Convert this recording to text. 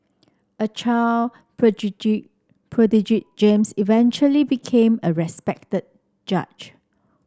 a child prodigy James eventually became a respected judge